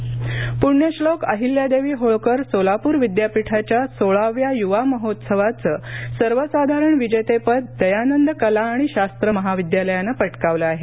सोलापर प्ण्यश्लोक अहिल्यादेवी होळकर सोलापूर विद्यापीठाच्या सोळाव्या युवा महोत्सवाचं सर्वसाधारण विजेतेपद दयानंद कला आणि शास्त्र महाविद्यालयानं पटकावलं आहे